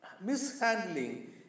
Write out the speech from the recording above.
mishandling